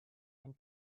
and